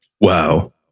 Wow